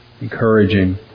Encouraging